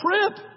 trip